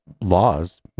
laws